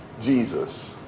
Jesus